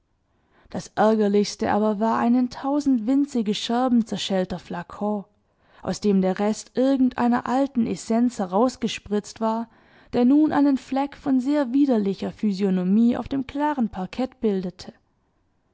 das ärgerlichste aber war ein in tausend winzige scherben zerschellter flacon aus dem der rest irgendeiner alten essenz herausgespritzt war der nun einen fleck von sehr widerlicher physiognomie auf dem klaren parkett bildete